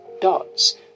dots